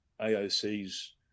AOC's